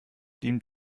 dient